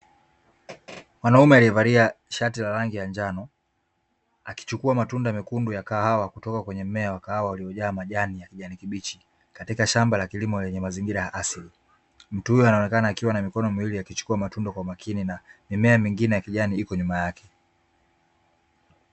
Mwanaume alievalia shati la rangi ya njano akichukua matunda mekundu ya kahawa kutoka kwenye mmea wa kahawa uliojaa majani ya kijani, kibichi katika shamba la kilimo lenye mazingira ya asili mtu huyo anaonekana akiwa na mikono miwili akichukua matunda kwa makini na mimea mingine ya kijani ipo nyuma yake.